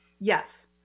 Yes